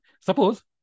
Suppose